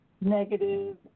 negative